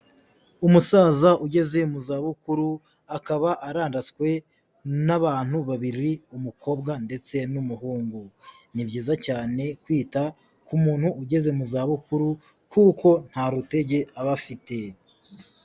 Umusaza ugeze mu za bukuru akaba arandaswe n'abantu babiri, umukobwa ndetse n'umuhungu, ni byiza cyane kwita ku muntu ugeze mu za bukuru, kuko nta rutege aba afite.